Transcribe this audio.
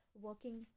working